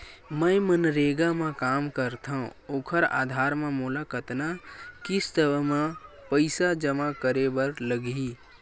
मैं मनरेगा म काम करथव, ओखर आधार म मोला कतना किस्त म पईसा जमा करे बर लगही?